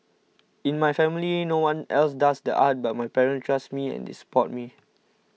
in my family in no one else does the arts but my parents trust me and they support me